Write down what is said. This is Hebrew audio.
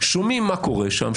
שומעים מה קורה שם,